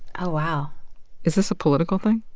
oh wow is this a political thing?